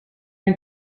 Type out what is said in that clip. and